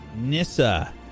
Nissa